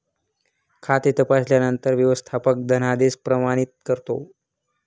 खाते तपासल्यानंतर व्यवस्थापक धनादेश प्रमाणित करतो